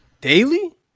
Daily